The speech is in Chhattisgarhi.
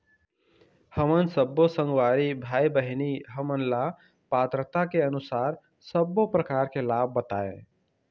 हमन सब्बो संगवारी भाई बहिनी हमन ला पात्रता के अनुसार सब्बो प्रकार के लाभ बताए?